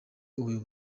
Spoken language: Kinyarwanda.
bwa